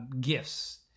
gifts